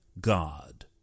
God